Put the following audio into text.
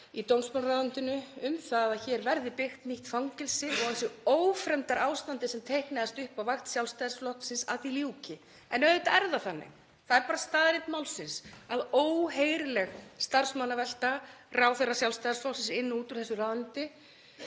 í dómsmálaráðuneytinu um að hér verði byggt nýtt fangelsi og að þessu ófremdarástandi sem teiknaðist upp á vakt Sjálfstæðisflokksins ljúki. En auðvitað er það þannig, það er bara staðreynd málsins, að óheyrileg starfsmannavelta ráðherra Sjálfstæðisflokksins inn og út úr þessu ráðuneyti,